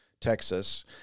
Texas